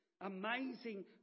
amazing